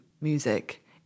music